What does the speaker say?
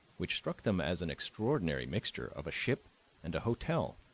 which struck them as an extraordinary mixture of a ship and a hotel.